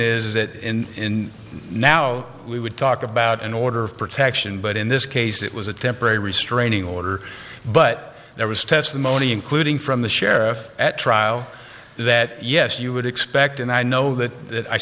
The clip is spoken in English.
in now we would talk about an order of protection but in this case it was a temporary restraining order but there was testimony including from the sheriff at trial that yes you would expect and i know that